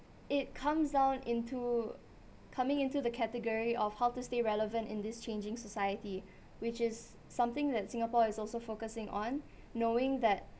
it comes down into coming into the category of how to stay relevant in this changing society which is something that singapore is also focusing on knowing that